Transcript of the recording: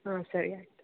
ಹಾಂ ಸರಿ ಆಯಿತು